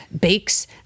bakes